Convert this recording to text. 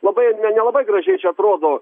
labai nelabai gražiai čia atrodo